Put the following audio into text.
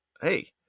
hey